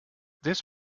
this